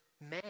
man